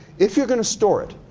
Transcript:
if you're gonna store it,